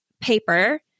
paper